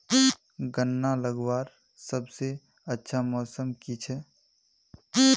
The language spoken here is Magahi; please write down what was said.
गन्ना लगवार सबसे अच्छा मौसम की छे?